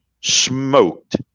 smoked